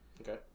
Okay